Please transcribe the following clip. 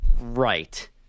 Right